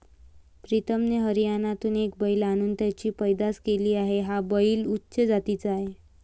प्रीतमने हरियाणातून एक बैल आणून त्याची पैदास केली आहे, हा बैल उच्च जातीचा आहे